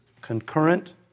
concurrent